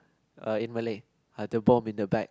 uh in Malay the bomb in the bag